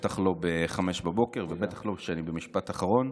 בטח לא ב-05:00 ובטח לא כשאני במשפט אחרון.